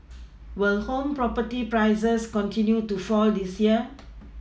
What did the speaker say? will home property prices continue to fall this year